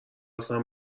اصلا